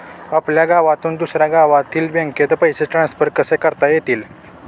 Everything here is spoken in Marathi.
आपल्या गावातून दुसऱ्या गावातील बँकेत पैसे ट्रान्सफर कसे करता येतील?